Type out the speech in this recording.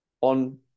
on